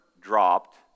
dropped